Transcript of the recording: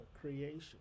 creation